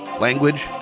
language